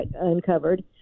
uncovered